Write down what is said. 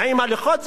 נעים הליכות,